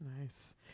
Nice